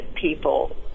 people